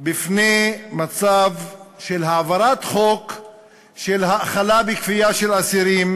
בפני מצב של העברת חוק להאכלה בכפייה של אסירים.